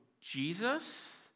Jesus